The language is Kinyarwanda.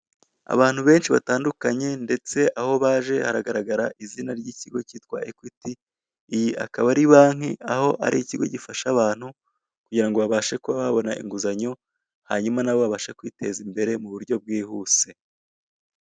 Abantu benshi batandukanye ndetse aho baje haragaragara izina ry'ikigo kitwa Ekwiti, iyi akaba ari banki aho ari ikigo gifasha abantu kugira ngo babashe kuba babona inguzanyo hanyuma nabo babashe kwiteza imbere mu buryo bwihise.